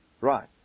Right